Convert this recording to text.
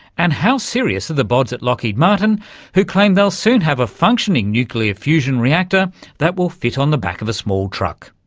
and how serious are the bods at lockheed martin who claim they'll soon have a functioning nuclear fusion reactor that will fit on the back of a small truck.